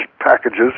packages